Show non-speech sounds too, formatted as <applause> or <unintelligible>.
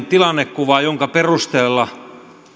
<unintelligible> tilannekuvaa jonka perusteella